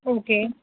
okay